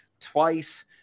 twice